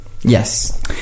Yes